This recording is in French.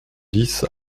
dix